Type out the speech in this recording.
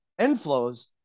inflows